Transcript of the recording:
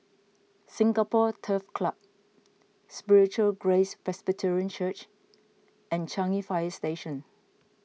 Singapore Turf Club Spiritual Grace Presbyterian Church and Changi Fire Station